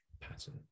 pattern